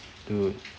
dude